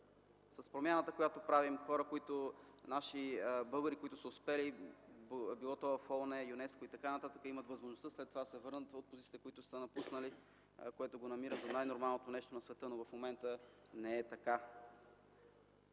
С промяната, която правим, българи, които са успели – било то в ООН, ЮНЕСКО и така нататък, имат възможността след това да се върнат от позициите, които са напуснали, което го намирам за най-нормалното нещо на света. Но в момента не е така.